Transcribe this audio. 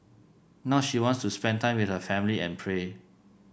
now she wants to spend time with her family and pray